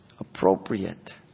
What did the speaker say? Appropriate